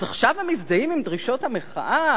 אז עכשיו הם מזדהים עם דרישות המחאה?